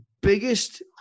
biggest